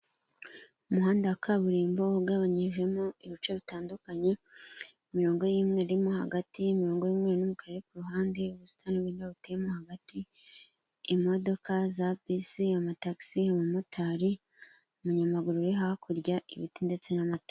Umuhanda wa kaburimbo ugabanyijemo ibice bitandukanye, imirongo y'imyeru irimo hagati, imirongo y'umweru n'umukara iri ku ruhande, ubusitani burimo buteye hagati, imodoka za bisi, amatagisi, umumotari, umunyamaguru uri hakurya, ibiti ndetse n'amatara.